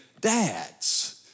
dads